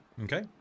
Okay